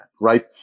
right